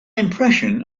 impression